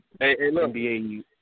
NBA